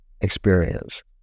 experience